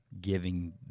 giving